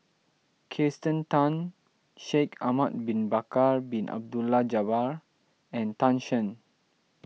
Kirsten Tan Shaikh Ahmad Bin Bakar Bin Abdullah Jabbar and Tan Shen